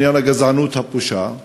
עניין הגזענות הפושה.